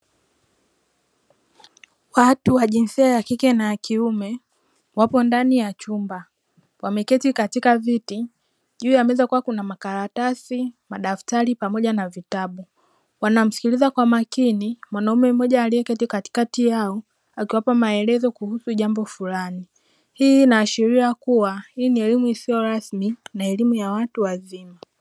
Watu wa jinsia ya kike na kiume wapo ndani ya chumba wameketi katika viti juu ya meza kukiwa kuna makaratasi, madaftari pamoja na vitabu wanamsikiliza kwa makini mwanaume mmoja aliyeketi katikati yao akiwapa maelezo kuhusu jambo fulani, hii inaashiria kuwa hii ni elimu isiyo rasmi na elimu ya watu wazima.